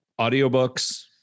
audiobooks